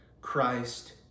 Christ